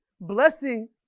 blessing